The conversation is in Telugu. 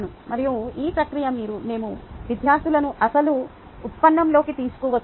మరియు ఈ ప్రక్రియ మేము విద్యార్థులను అసలు ఉత్పన్నంలోకి తీసుకువచ్చాము